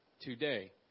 today